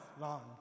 long